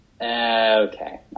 Okay